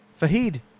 Fahid